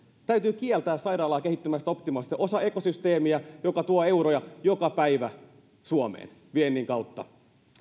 täytyy kieltää sairaalaa kehittymästä optimaalisesti osana ekosysteemiä joka tuo euroja joka päivä suomeen viennin kautta